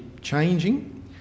changing